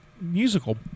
musical